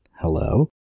hello